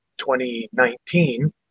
2019